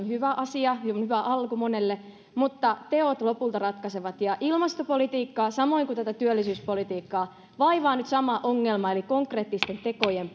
hyvä asia ja hyvä alku monelle mutta teot lopulta ratkaisevat ilmastopolitiikkaa samoin kuin tätä työllisyyspolitiikkaa vaivaa nyt sama ongelma eli konkreettisten tekojen